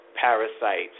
parasites